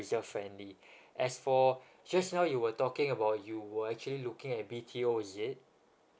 user friendly as for just now you were talking about you were actually looking at B_T_O is it